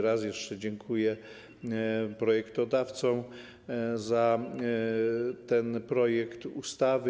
Raz jeszcze dziękuję projektodawcom za ten projekt ustawy.